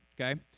okay